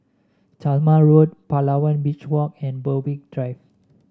Talma Road Palawan Beach Walk and Berwick Drive